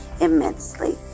immensely